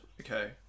Okay